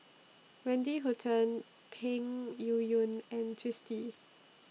Wendy Hutton Peng Yuyun and Twisstii